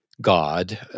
God